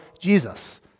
Jesus